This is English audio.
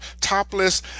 topless